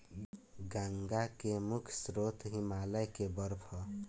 गंगा के मुख्य स्रोत हिमालय के बर्फ ह